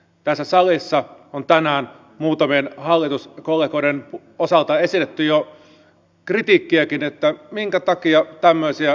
tässä salissa on tänään muutamien hallituskollegoiden osalta esitetty jo kritiikkiäkin minkä takia tämmöisiä välikysymyksiä tehdään